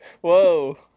Whoa